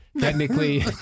technically